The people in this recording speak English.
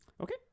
Okay